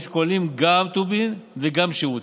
שכוללים גם טובין וגם שירותים,